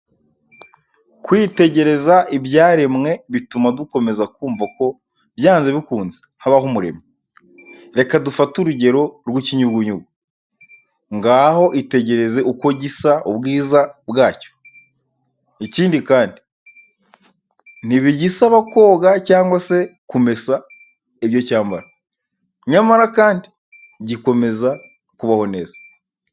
Kwitegereza ibyaremwe bituma dukomeza kumva ko byanze bikunze habaho umuremyi. Reka dufate urugero rw'ikinyugunyugu, ngaho itegereze uko gisa, ubwiza bwa cyo. Ikindi kandi ntibigisaba koga cyangwa se kumesa ibyo cyambara! Nyamara kandi gikomeza kubaho neza!